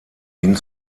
ihn